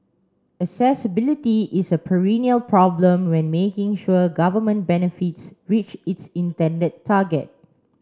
accessibility is a perennial problem when making sure government benefits reach its intended target